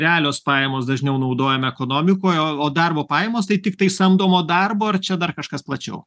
realios pajamos dažniau naudojam ekonomikoje o o darbo pajamos tai tiktai samdomo darbo ar čia dar kažkas plačiau